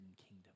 kingdom